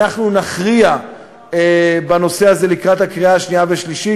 אנחנו נכריע בנושא הזה לקראת הקריאה השנייה והשלישית.